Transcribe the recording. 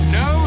no